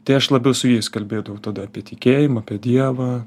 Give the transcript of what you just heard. tai aš labiau su jais kalbėdavau tada apie tikėjimą apie dievą